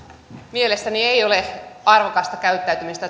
mielestäni ei ole arvokasta käyttäytymistä